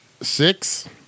Six